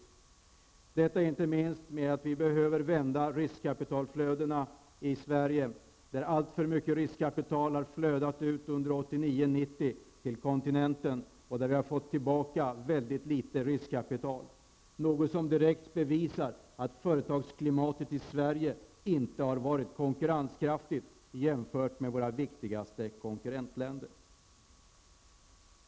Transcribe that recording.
Vi behöver inte minst vända riskkapitalflödena i Sverige där alltför mycket riskkapital har flödat ut under 1989 och 1990 till kontinenten. Vi har fått tillbaka väldigt litet riskkapital. Det bevisar direkt att företagsklimatet i Sverige inte har varit konkurrenskraftigt jämfört med våra viktigaste konkurrentländer.